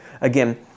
again